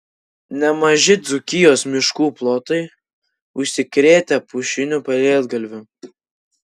nemaži dzūkijos miškų plotai užsikrėtę pušiniu pelėdgalviu